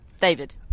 David